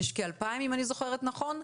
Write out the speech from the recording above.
יש כאלפיים אם אני זוכרת נכון.